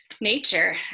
nature